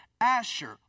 Asher